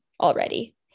already